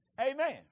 Amen